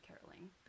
caroling